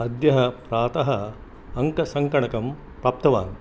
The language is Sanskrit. अद्य प्रातः अङ्कसङ्गणकं प्राप्तवान्